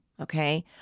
okay